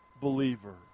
believer